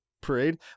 parade